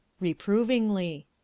Reprovingly